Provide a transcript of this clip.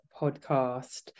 podcast